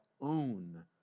own